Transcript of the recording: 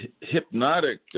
hypnotic